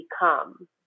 become